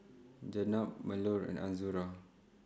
Jenab Melur and Azura